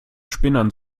spinnern